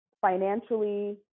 financially